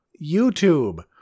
YouTube